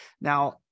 now